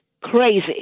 crazy